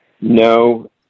no